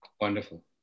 Wonderful